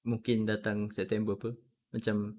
mungkin datang september apa macam